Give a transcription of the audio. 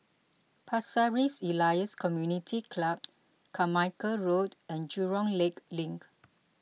Pasir Ris Elias Community Club Carmichael Road and Jurong Lake Link